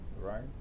right